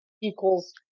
equals